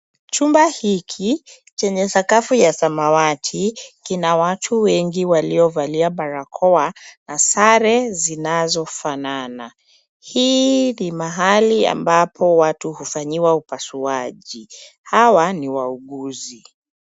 Chumba hiki chenye sakafu ya samawati, kina watu wengi waliovalia barakoa, na sare zinazo fanana. Hii ni mahali ambapo watu hufanyiwa upasuaji. Hawa ni wauguzi.